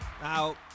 Now